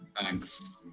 Thanks